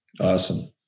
Awesome